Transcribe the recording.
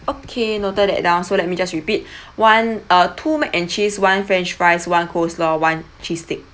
okay noted that down so let me just repeat one uh two mac and cheese one french fries one coleslaw one cheese stick